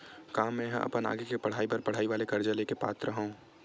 का मेंहा अपन आगे के पढई बर पढई वाले कर्जा ले के पात्र हव?